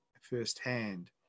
firsthand